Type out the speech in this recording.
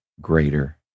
greater